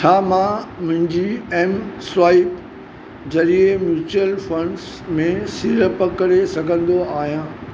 छा मां मुंहिंजी एम स्वाइप ज़रिए म्यूचुअल फंड्स में सीड़प करे सघंदो आहियां